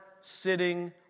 sitting